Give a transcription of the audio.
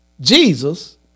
Jesus